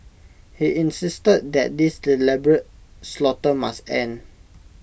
he insisted that this deliberate slaughter must end